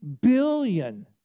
billion